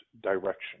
direction